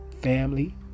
family